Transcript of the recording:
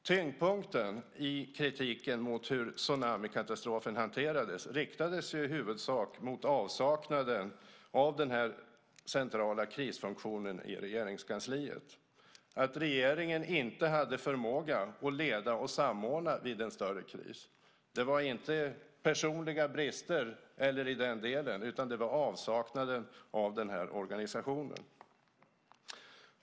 Tyngdpunkten i kritiken mot hur tsunamikatastrofen hanterades riktades i huvudsak mot avsaknaden av den här centrala krisfunktionen i Regeringskansliet. Regeringen hade inte förmåga att leda och samordna vid en större kris. Det var inte personliga brister i den delen, utan det var avsaknaden av den här organisationen.